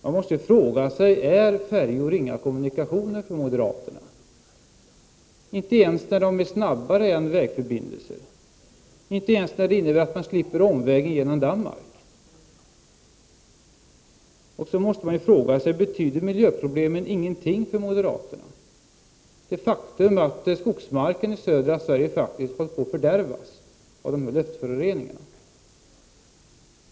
Man måste fråga sig: Är färjor inga kommunikationer för moderaterna, inte ens när färjor är snabbare än vägförbindelser eller när de innebär att man slipper omvägen genom Danmark? Man måste också fråga sig om miljöproblemen inte betyder någonting för moderaterna, t.ex. det faktum att skogsmarken i södra Sverige faktiskt håller på att fördärvas av luftföroreningarna.